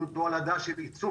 הוא תולדה של עיצוב.